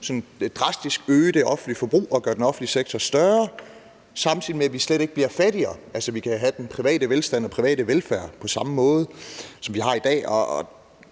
og også øge det offentlige forbrug drastisk og gøre den offentlige sektor større, samtidig med at vi slet ikke bliver fattigere. Altså, vi kan have den private velstand og den private velfærd på samme måde, som vi har i dag.